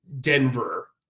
Denver